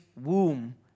womb